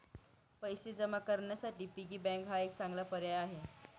पैसे जमा करण्यासाठी पिगी बँक हा एक चांगला पर्याय आहे